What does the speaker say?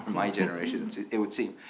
my generations it would seem.